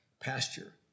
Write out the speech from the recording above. pasture